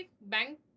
bank